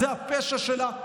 זה היה הפשע שלה.